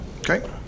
Okay